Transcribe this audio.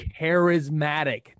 charismatic